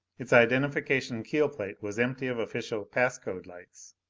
its identification keel plate was empty of official pass code lights.